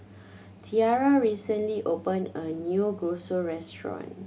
Tiarra recently opened a new restaurant